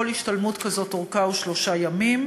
כל השתלמות כזאת אורכה שלושה ימים.